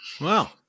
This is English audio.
Wow